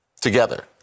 together